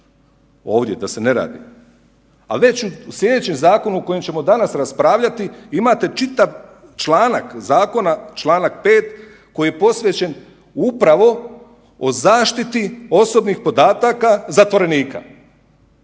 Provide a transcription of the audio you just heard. ovdje da ne rad, a već u sljedećem zakonu o kojem ćemo danas raspravljati imate čitav članak zakona čl. 5. koji je posvećen upravo o zaštiti osobnih podataka zatvorenika,